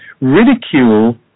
ridicule